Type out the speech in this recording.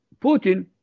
Putin